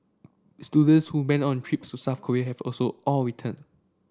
students who went on trips to South Korea have also all returned